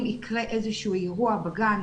אם יקרה איזשהו אירוע בגן,